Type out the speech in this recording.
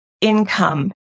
income